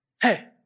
hey